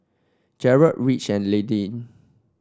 Jered Rich and Lillie